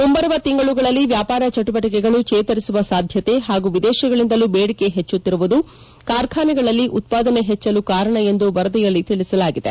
ಮುಂಬರುವ ತಿಂಗಳುಗಳಲ್ಲಿ ವ್ಯಾಪಾರ ಚಟುವಟಿಕೆಗಳು ಚೇತರಿಸುವ ಸಾಧ್ಯತೆ ಹಾಗೂ ವಿದೇಶಗಳಿಂದಲೂ ಬೇಡಿಕೆ ಪೆಚ್ಚುತ್ತಿರುವುದು ಕಾರ್ಖಾನೆಗಳಲ್ಲಿ ಉತ್ಪಾದನೆ ಹೆಚ್ಚಲು ಕಾರಣ ಎಂದು ವರದಿಯಲ್ಲಿ ತಿಳಿಸಲಾಗಿದೆ